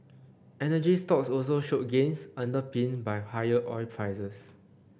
energy stocks also showed gains underpinned by higher oil prices